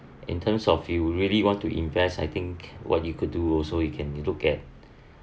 in terms of you really want to invest I think what you could do also you can you look at